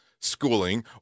schooling